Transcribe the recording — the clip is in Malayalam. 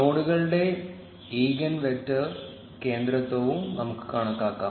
നോഡുകളുടെ ഈജൻ വെക്റ്റർ കേന്ദ്രത്വവും നമുക്ക് കണക്കാക്കാം